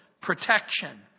protection